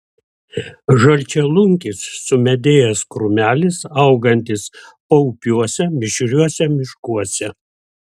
žalčialunkis sumedėjęs krūmelis augantis paupiuose mišriuose miškuose